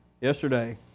yesterday